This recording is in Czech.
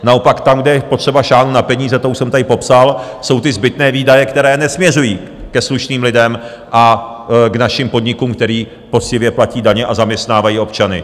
Naopak tam, kde je potřeba sáhnout na peníze, to už jsem tady popsal, jsou ty zbytné výdaje, které nesměřují ke slušným lidem a k našim podnikům, které poctivě platí daně a zaměstnávají občany.